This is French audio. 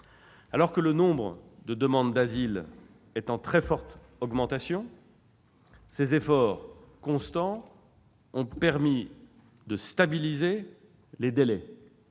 Alors que le nombre de demandes d'asile est en très forte augmentation, ces efforts constants ont permis de stabiliser les délais.